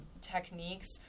techniques